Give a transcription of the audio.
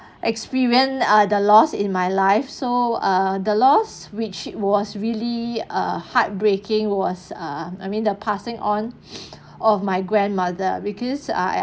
experience err the loss in my life so err the loss which was really uh heartbreaking was err I mean the passing on of my grandmother because I